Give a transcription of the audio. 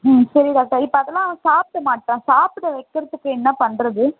ம் சரி டாக்டர் இப்போ அதெலாம் அவன் சாப்பிட மாட்டுறான் சாப்பிட வைக்கிறத்துக்கு என்ன பண்ணுறது